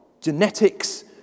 genetics